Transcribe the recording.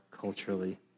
culturally